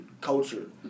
culture